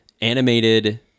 animated